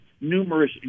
numerous